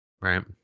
Right